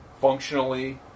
functionally